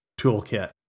toolkit